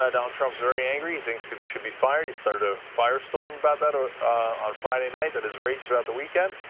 ah donald trump is very angry. he thinks people should be fired. he started a firestorm about that ah on friday night that has reached throughout the weekend.